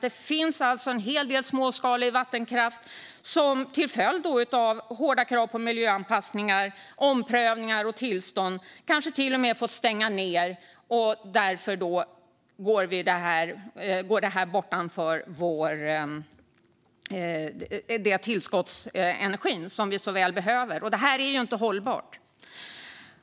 Det finns alltså en hel del småskalig vattenkraft som till följd av hårda krav på miljöanpassning och omprövningar av tillstånd kanske till och med har fått stänga ned, och därför går den tillskottsenergi som vi så väl behöver bort. Detta är inte hållbart.